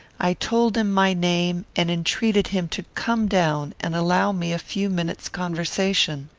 i told him my name, and entreated him to come down and allow me a few minutes' conversation.